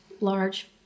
large